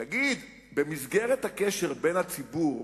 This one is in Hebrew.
תגיד, במסגרת הקשר בין הציבור